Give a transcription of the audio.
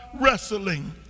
wrestling